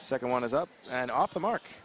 second one is up and off the mark